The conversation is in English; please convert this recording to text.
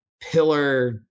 pillar